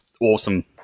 awesome